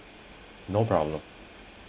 no problem